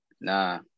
Nah